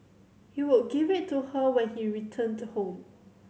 he would give it to her when he returned home